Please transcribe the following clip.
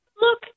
Look